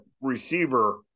receiver